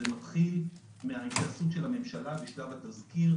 זה מתחיל מן ההתעסקות של הממשלה בשלב התזכיר,